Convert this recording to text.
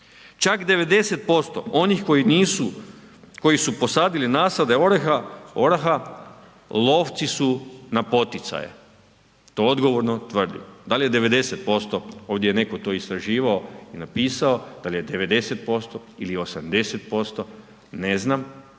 koji nisu, koji su posadili nasade oraha lovci su na poticaje. To odgovorno tvrdim. Da li je 90%, ovdje je netko to istraživao i napisao, da li je 90% ili 80% ne znam